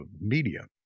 media